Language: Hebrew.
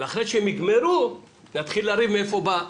ואחרי שהם יגמרו, נתחיל לריב מאיפה זה בא.